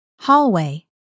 Hallway